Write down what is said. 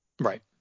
Right